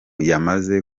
yamaze